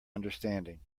understanding